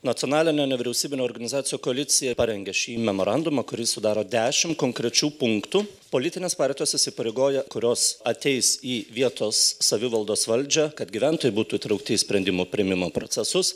nacionalinė nevyriausybinė organizacijų koalicija parengė šį memorandumą kurį sudaro dešim konkrečių punktų politinės partijos įsipareigoja kurios ateis į vietos savivaldos valdžią kad gyventojai būtų įtraukti į sprendimų priėmimo procesus